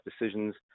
decisions